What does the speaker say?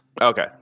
Okay